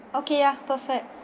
okay ya perfect